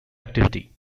activity